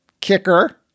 Kicker